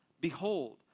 Behold